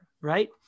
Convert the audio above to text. right